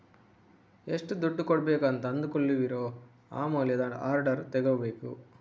ಎಷ್ಟು ದುಡ್ಡು ಕೊಡ್ಬೇಕು ಅಂತ ಅಂದುಕೊಳ್ಳುವಿರೋ ಆ ಮೌಲ್ಯದ ಆರ್ಡರ್ ತಗೋಬೇಕು